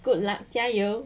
good luck 加油